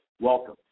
welcome